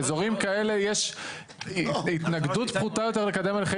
באזורים כאלה יש התנגדות פחותה יותר לקדם הליכי